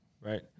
right